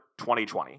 2020